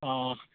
অঁ